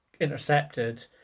intercepted